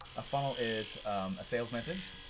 a funnel is a sales message.